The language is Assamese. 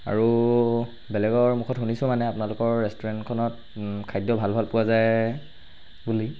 আৰু বেলেগৰ মুখত শুনিছোঁ মানে আপোনালোকৰ ৰেষ্টুৰেণ্টখনত খাদ্য ভাল ভাল পোৱা যায় বুলি